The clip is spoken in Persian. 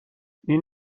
این